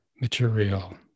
material